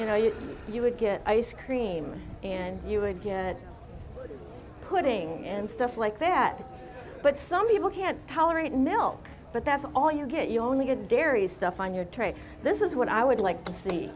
you know you you would get ice cream and you again putting in stuff like that but some people can't tolerate milk but that's all you get you only get dairy stuff on your tray this is what i would like to see